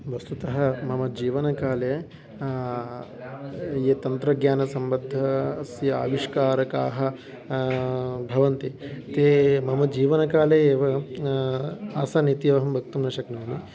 वस्तुतः मम जीवनकाले ये तन्त्रज्ञान सम्बद्धाः स्य आविष्कारकाः भवन्ति ते मम जीवनकाले एव आसन् इति अहं वक्तुं न शक्नोमि